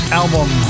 album